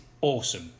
awesome